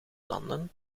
landen